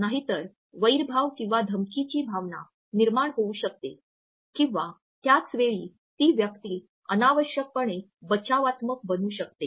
नाहीतर वैरभाव किंवा धमकीची भावना निर्माण होऊ शकते किंवा त्याच वेळी ती व्यक्ती अनावश्यकपणे बचावात्मक बनू शकते